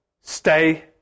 stay